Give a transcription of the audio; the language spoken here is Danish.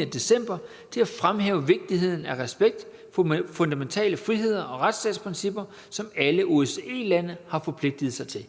8.-9. december til at fremhæve vigtigheden af respekt for fundamentale friheder og retsstatsprincipper, som alle OSCE-lande har forpligtet sig til.